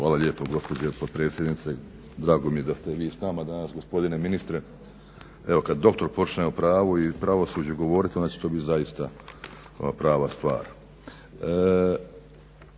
Hvala lijepo gospođo potpredsjednice. Drago mi je da ste vi s nama danas gospodine ministre. Evo kad doktor počne o pravu i pravosuđu govorit onda će to biti zaista prava stvar.